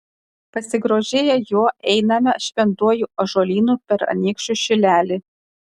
pasigrožėję juo einame šventuoju ąžuolynu per anykščių šilelį